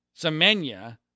Semenya